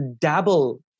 dabble